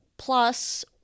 plus